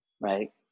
Right